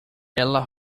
ela